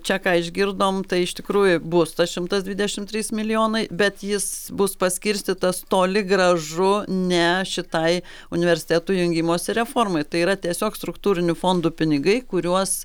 čia ką išgirdom tai iš tikrųjų bus tas šimtas dvidešim trys milijonai bet jis bus paskirstytas toli gražu ne šitai universitetų jungimosi reformai tai yra tiesiog struktūrinių fondų pinigai kuriuos